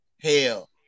hell